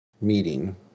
meeting